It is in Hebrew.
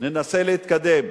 ננסה להתקדם.